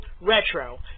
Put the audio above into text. Retro